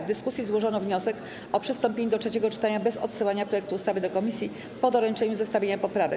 W dyskusji złożono wniosek o przystąpienie do trzeciego czytania bez odsyłania projektu ustawy do komisji po doręczeniu zestawienia poprawek.